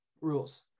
rules